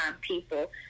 people